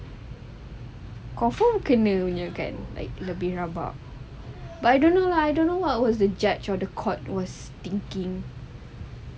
confirm kena punya kan like lebih rabak but I don't know lah I don't know what was the judge or the court was thinking